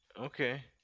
Okay